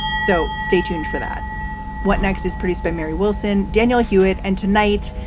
so stay tuned for that what next is produced by mary wilson? daniel hewitt. and tonight,